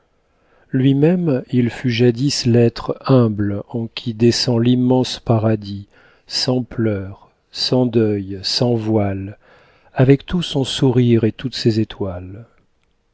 lui-même il fut jadis l'être humble en qui descend l'immense paradis sans pleurs sans deuils sans voiles avec tout son sourire et toutes ses étoiles